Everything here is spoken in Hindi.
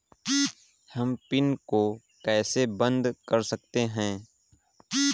हम पिन को कैसे बंद कर सकते हैं?